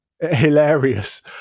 hilarious